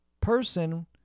person